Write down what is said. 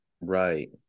right